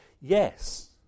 yes